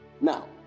now